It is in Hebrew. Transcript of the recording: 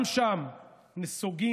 גם שם נסוגים,